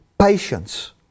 patience